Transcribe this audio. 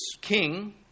king